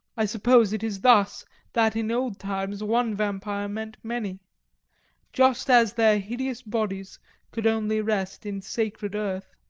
i suppose it is thus that in old times one vampire meant many just as their hideous bodies could only rest in sacred earth,